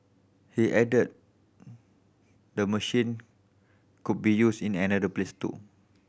he added the machine could be used in other place too